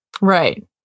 right